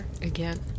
again